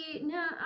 No